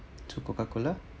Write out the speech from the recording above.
two coca cola